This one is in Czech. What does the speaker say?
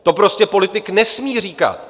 To prostě politik nesmí říkat.